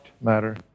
matter